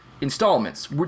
installments